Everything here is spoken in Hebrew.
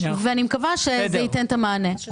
אני מקווה שזה ייתן את המענה.